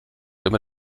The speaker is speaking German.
immer